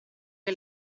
che